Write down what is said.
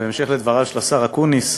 ובהמשך לדבריו של השר אקוניס,